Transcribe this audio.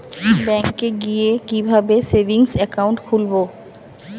ব্যাঙ্কে গিয়ে কিভাবে সেভিংস একাউন্ট খুলব?